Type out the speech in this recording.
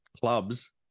clubs